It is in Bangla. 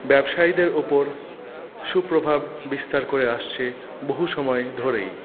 ব্যবসায়ীদের ওপর সুপ্রভাব বিস্তার করে আসছে বহু সময় ধরেই